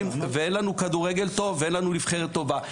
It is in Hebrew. ואין לנו כדורגל טוב ואין לנו נבחרת טובה.